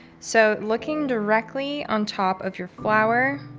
so looking directly on top of your flower,